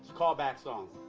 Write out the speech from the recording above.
callback song.